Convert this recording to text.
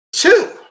Two